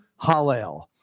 hallel